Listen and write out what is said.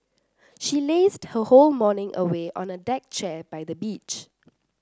she lazed her whole morning away on a deck chair by the beach